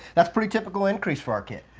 that's pretty typical increases for our kit.